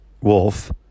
wolf